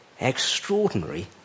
extraordinary